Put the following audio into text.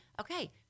okay